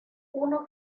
uno